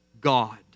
God